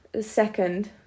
second